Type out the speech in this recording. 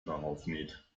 draufnäht